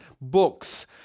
books